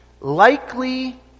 likely